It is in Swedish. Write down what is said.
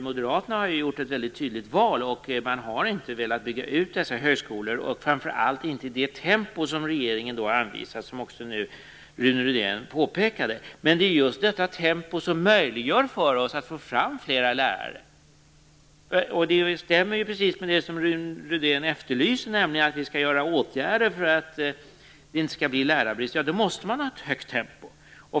Moderaterna har gjort ett väldigt tydligt val. Man har inte velat bygga ut dessa högskolor, framför allt inte i det tempo som regeringen anvisar, vilket också Rune Men det är just detta tempo som möjliggör för oss att få fram flera lärare. Det stämmer ju precis med det som Rune Rydén efterlyser, nämligen att vi skall vidta åtgärder för att det inte skall bli lärarbrist. Då måste man ha ett högt tempo.